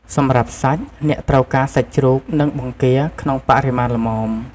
សម្រាប់សាច់ អ្នកត្រូវការ សាច់ជ្រូក និង បង្គា ក្នុងបរិមាណល្មម។